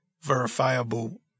verifiable